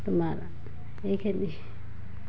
তোমাৰ এইখিনি